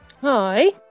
hi